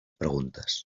preguntes